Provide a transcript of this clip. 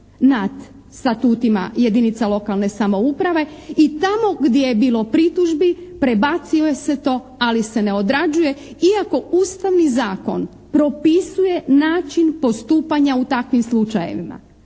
nad statutima jedinica lokalne samouprave, i tamo gdje je bilo pritužbi prebacio je sve to ali se ne odrađuje iako ustavni zakon propisuje način postupanja u takvim slučajevima.